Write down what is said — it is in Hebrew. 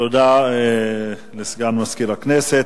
תודה לסגן מזכירת הכנסת.